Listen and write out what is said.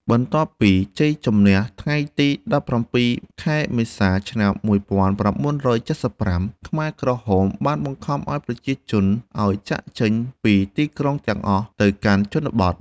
បន្ទាប់ពីជ័យជម្នះថ្ងៃទី ១៧ ខែមេសា ឆ្នាំ ១៩៧៥ ខ្មែរក្រហមបានបង្ខំប្រជាជនឱ្យចាកចេញពីទីក្រុងទាំងអស់ទៅកាន់ជនបទ។